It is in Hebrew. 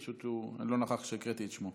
פשוט הוא לא נכח כשהקראתי את שמו.